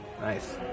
nice